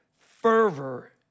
fervor